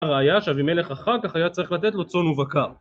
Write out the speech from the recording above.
הראיה שאבימלך אחר כך היה צריך לתת לו צאן ובקר